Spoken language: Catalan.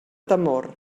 temor